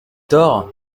tort